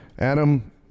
Adam